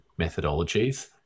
methodologies